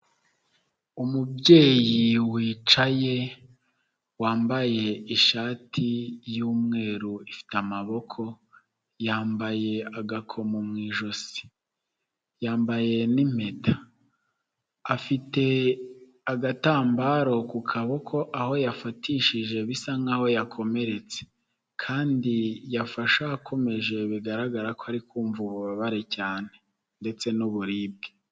Umubyeyi wicaye wambaye ishati y'umweru ifite amaboko yambaye agakomo mu ijosi, yambaye n'impeta, afite agatambaro ku kaboko aho yafatishije bisa nk'aho yakomeretse kandi yafasheho akomeje bigaragara ko ari kumva ububabare cyane ndetse n'uburibwe.